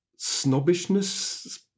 snobbishness